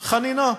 חנינה.